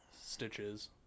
Stitches